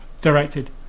Directed